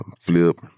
Flip